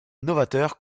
novateur